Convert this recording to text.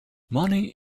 money